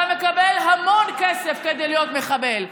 אתה מקבל המון כסף כדי להיות מחבל,